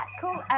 cool